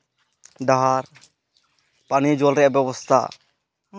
ᱰᱟᱦᱟᱨ ᱯᱟᱱᱤᱭᱚ ᱡᱚᱞ ᱨᱮᱭᱟᱜ ᱵᱮᱵᱚᱵᱚᱥᱛᱷᱟ